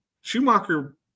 Schumacher